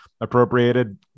appropriated